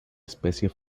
especie